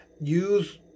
Use